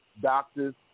doctors